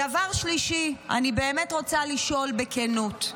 דבר שלישי, אני באמת רוצה לשאול בכנות: